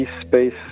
space